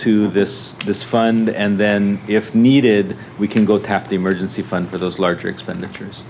to this this fund and then if needed we can go to the emergency fund for those larger expenditures